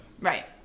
Right